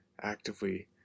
actively